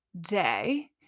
day